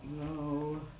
No